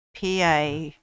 PA